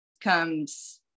comes